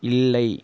இல்லை